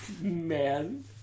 Man